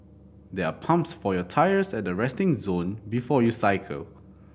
there are pumps for your tyres at the resting zone before you cycle